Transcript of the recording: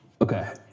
okay